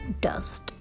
dust